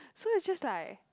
so it's just like